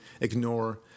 ignore